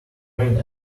train